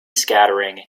scattering